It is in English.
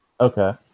Okay